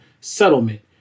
settlement